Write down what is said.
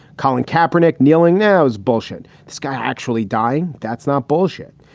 colin kaepernick kneeling now is bullshit. this guy actually dying. that's not bullshit.